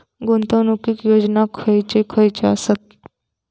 गुंतवणूक योजना खयचे खयचे आसत?